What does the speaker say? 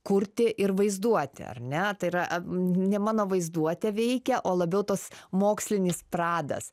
kurti ir vaizduoti ar ne tai yra ne mano vaizduotė veikia o labiau tas mokslinis pradas